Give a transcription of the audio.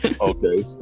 okay